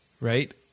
right